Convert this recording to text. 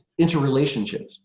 interrelationships